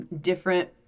different